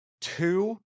two